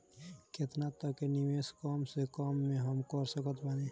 केतना तक के निवेश कम से कम मे हम कर सकत बानी?